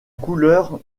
couleur